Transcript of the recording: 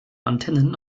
antennen